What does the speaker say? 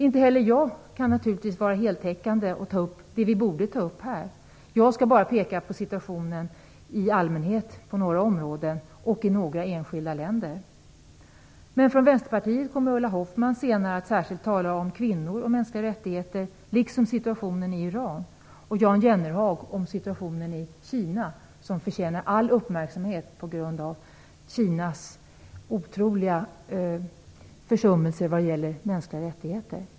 Inte heller jag kan naturligtvis vara heltäckande och ta upp allt det vi borde ta upp. Jag skall bara peka på situationen i allmänhet på några områden och i några enskilda länder. Från Vänsterpartiet kommer Ulla Hoffmann senare att särskilt tala om kvinnor och mänskliga rättigheter samt om situationen i Iran. Jan Jennehag kommer att tala om situationen i Kina, som förtjänar all uppmärksamhet på grund av Kinas otroliga försummelser av de mänskliga rättigheterna.